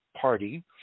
party